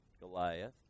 Goliath